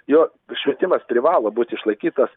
jo švietimas privalo būt išlaikytas